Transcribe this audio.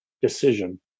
decision